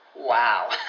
wow